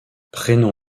prénom